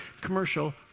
commercial